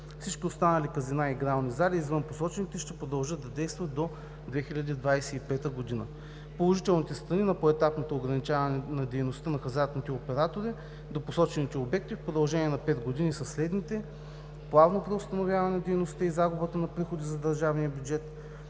Всички останали казина и игрални зали, извън посочените, ще продължат да действат до 2025 г. Положителните страни на поетапното ограничаване на дейността на хазартните оператори до посочените обекти в продължение на 5 години са следните: плавно преустановяване на дейността и загубата на приходи за държавния бюджет,